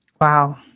Wow